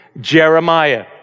Jeremiah